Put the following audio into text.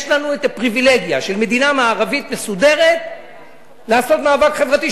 יש לנו את הפריווילגיה של מדינה מערבית מסודרת לעשות מאבק חברתי,